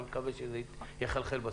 ואני מקווה שזה יחלחל בסוף.